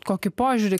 kokį požiūrį